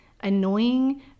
annoying